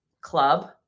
club